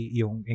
yung